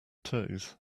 toes